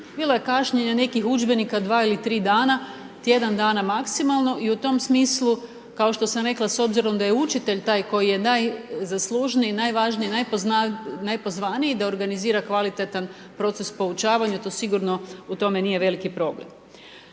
Bilo je kašnjenje nekih udžbenika nekih 2 ili 3 dana, tjedan dana maksimalno i u tom smislu, kao što sam rekla, s obzirom da je učitelj taj, koji je najzaslužniji, najvažniji, najpozvaniji, da organizira kvalitetan proces poučavanja, to sigurno u tome nije veliki problem.